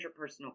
interpersonal